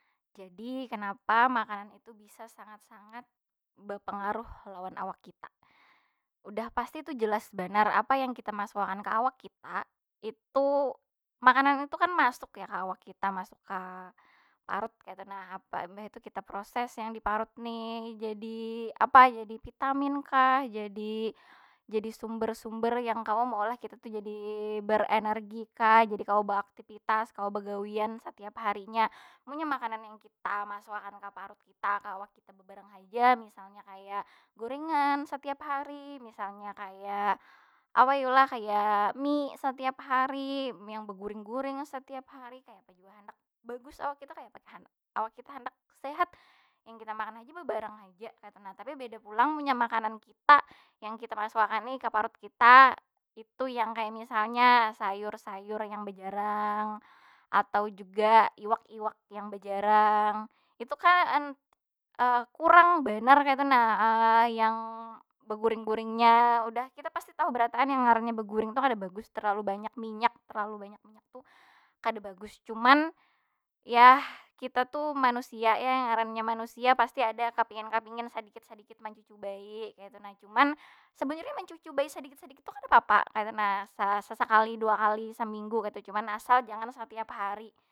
Jadi kenapa makanan itu bisa sangat- sangat bapangaruh lawan awak kita? Udah pasti tu jelas banar, apa yang kita masuk akan ka awak kita. Itu, makanan itu kan masuk ya ka awak kita, masuk ka parut kaytu nah. Apa mbah itu kita proses yang di parut nih, jadi apa jadi vitamin kah, jadi- jadi sumber- sumber yang kawa maolah kita tu jadi berenergi kah, jadi kaa beaktivitas, kawa bagawian satiap harinya. Munnya makanan yang kita masuk akan ka parut kita, ka awak kita babarang haja, misalnya kaya gorengan setiap hari, misalnya kaya apa yu lah? Kaya mie satiap hari, mie yang beguring- guring satiap hari, kayapa jua handak bagus awak kita, kayapa kita handak awak kita handak sehat? Nang kita makan aja bebarang haja kaytu nah. Tapi beda pulang munnya makanan kita, yang kita masuk akan ni kaparut kita, itu yang kaya misalnya sayur- sayur yang bejarang atau juga iwak- iwak yang bejarang. Itu kan kurang banar kaytu nah. yang begureng- gurengnya, udah. Kita pasti tau berataan yang ngarannya begureng tu kada bagus. Terlalu banyak minyak, terlalu bnayak tu kada bagus. Cuman, yah kita tu manusia ya. Yang ngarannya manusia pasti ada kapingin- kapingin sadikit- sadikit mancucubai kaytu nah. Cuman, sebujurnya mencucubai sedikit- sedikit tu kada papa kaytunah. Sesekali, dakali, seminggu kaytu. Cuma asal jangan satiap hari.